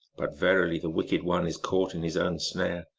but verily the wicked one is caught in his own snare,